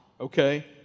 Okay